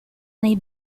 nei